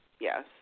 yes